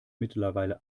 mittlerweile